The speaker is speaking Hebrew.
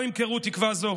לא ימכרו תקווה זו